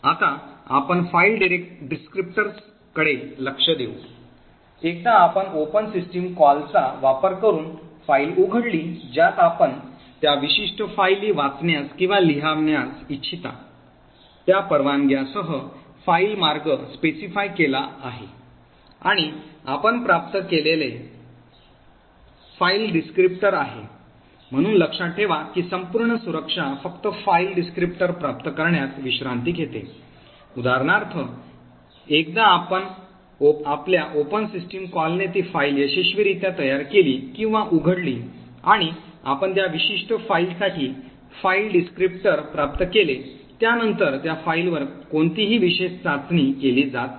आता आपण फाईल डिस्क्रिप्टरकडे लक्ष देऊ एकदा आपण ओपन सिस्टम कॉलचा वापर करून फाइल उघडली ज्यात आपण त्या विशिष्ट फायली वाचण्यास किंवा लिहावयास इच्छिता त्या परवानग्यासह फाईल मार्ग निर्दिष्ट केला आहे आणि आपण प्राप्त केलेले फाईल वर्णनकर्ता आहे म्हणून लक्षात ठेवा की संपूर्ण सुरक्षा फक्त फाइल वर्णनकर्ता प्राप्त करण्यात विश्रांती घेते उदाहरणार्थ एकदा आपल्या ओपन सिस्टम कॉलने ती फाइल यशस्वीरित्या तयार केली किंवा उघडली आणि आपण त्या विशिष्ट फाईलसाठी फाइल वर्णनकर्ता प्राप्त केले त्यानंतर त्या फाईलवर कोणतीही विशेष चाचणी केली जात नाही